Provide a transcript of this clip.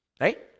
Right